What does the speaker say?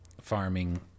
farming